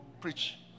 preach